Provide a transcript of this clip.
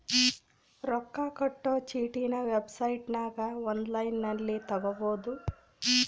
ರೊಕ್ಕ ಕಟ್ಟೊ ಚೀಟಿನ ವೆಬ್ಸೈಟನಗ ಒನ್ಲೈನ್ನಲ್ಲಿ ತಗಬೊದು